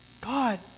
God